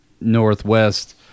Northwest